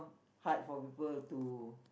hard for people to